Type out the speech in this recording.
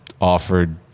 offered